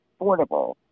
affordable